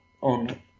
on